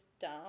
dumb